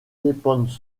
dépendent